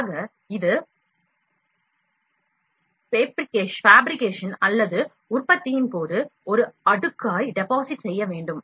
எனவே இது ஃபேப்ரிகேஷன் அல்லது உற்பத்தியின் போது அடுக்கடுக்காய் டெபாசிட் செய்ய வேண்டும்